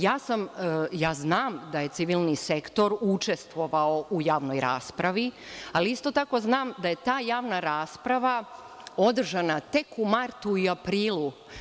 Ja znam da je civilni sektor učestvovao u javnoj raspravi, ali isto tako znam da je ta javna rasprava održana tek u martu i aprilu.